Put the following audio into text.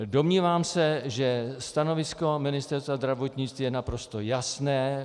Domnívám se, že stanovisko Ministerstva zdravotnictví je naprosto jasné.